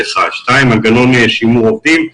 הדוגמה השנייה היא מנגנון שימור עובדים.